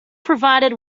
provided